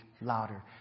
louder